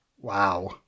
Wow